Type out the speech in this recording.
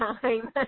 time